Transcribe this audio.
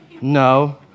No